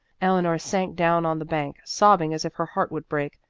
eleanor sank down on the bank, sobbing as if her heart would break.